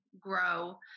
grow